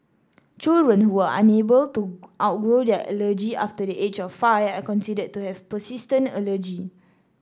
children who are unable to outgrow their allergy after the age of five are considered to have persistent allergy